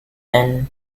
and